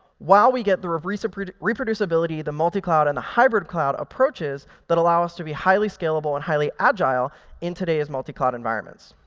while we get the reproducibility, the multi-cloud and the hybrid-cloud approaches, that allow us to be highly scalable and highly agile in today's multi-cloud environments.